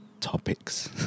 Topics